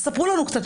ספרו לנו יותר קצת.